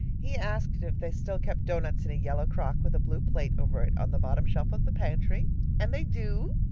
he asked if they still kept doughnuts in a yellow crock with a blue plate over it on the bottom shelf of the pantry and they do!